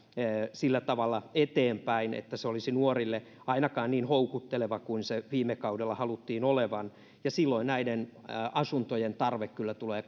sillä tavalla eteenpäin että se olisi nuorille ainakaan niin houkutteleva kuin sen viime kaudella haluttiin olevan silloin näiden asuntojen tarve tulee